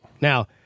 Now-